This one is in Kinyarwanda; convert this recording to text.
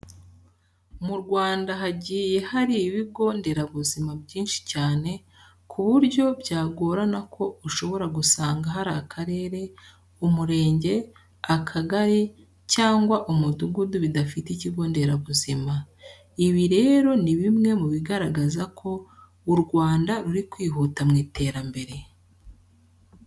Mu Rwanda hagiye hari ibigo nderabuzima byinshi cyane ku buryo byagorana ko ushobora gusanga hari akarere, umurenge, akagari cyangwa umudugudu bidafite ikigo nderabuzima. Ibi rero ni bimwe mu bigaragaza ko u Rwanda ruri kwihuta mu iterambere.